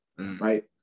right